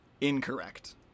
Incorrect